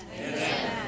Amen